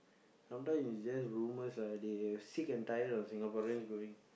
sometime is just rumours ah they sick and tired of Singaporeans going